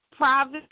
private